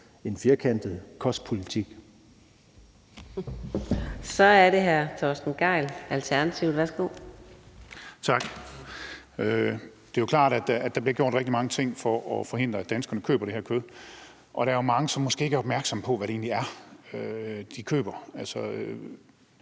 (Karina Adsbøl): Så er det hr. Torsten Gejl, Alternativet. Værsgo. Kl. 15:56 Torsten Gejl (ALT): Tak. Det er jo klart, at der bliver gjort rigtig mange ting for at forhindre, at danskerne køber det her kød, og der er mange, som måske ikke er opmærksomme på, hvad det egentlig er, de køber. Altså,